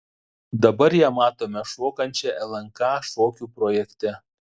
dabar ją matome šokančią lnk šokių projekte